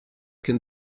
can